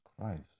Christ